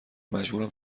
مجبورم